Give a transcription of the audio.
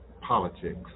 politics